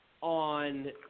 on